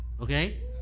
Okay